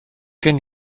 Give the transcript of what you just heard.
gen